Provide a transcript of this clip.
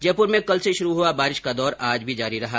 जयपुर में कल से शुरु हुआ बारिश का दौर आज भी जारी रहा